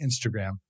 Instagram